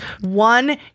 one